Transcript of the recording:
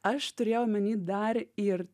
aš turėjau omeny dar ir